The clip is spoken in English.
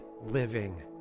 living